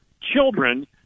children